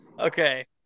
Okay